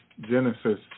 Genesis